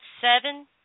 seven